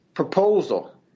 proposal